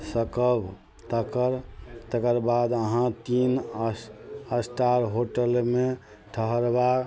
सकब तकर तकर बाद अहाँ तीन एस एस्टार होटलमे ठहरबा